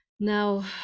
Now